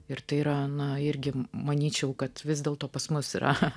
ir tai yra na irgi manyčiau kad vis dėlto pas mus yra